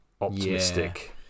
optimistic